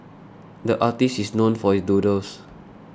the artist is known for his doodles